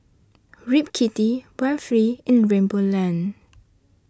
rip kitty run free in rainbow land